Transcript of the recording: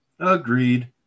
Agreed